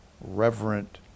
reverent